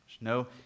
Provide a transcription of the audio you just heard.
no